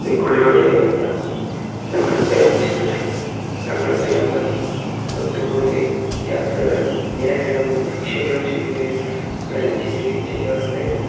ബൈക്കുകളിലൂടെയായി യാത്ര ഞങ്ങൾ ഒരഞ്ച് പേർ ഞങ്ങൾ സ്ഥിരമായി ഒത്തു കൂടുകയും യാത്രകൾ എങ്ങനെ വേണമെന്ന് ഷെഡ്യൂൾ ചെയ്യുകയും പ്ലാൻ ചെയ്യുകയും ചെയ്യാറുണ്ടായിരുന്നു